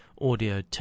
audio